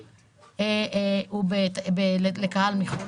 הוא לקהל מחו"ל?